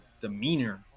demeanor